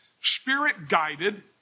spirit-guided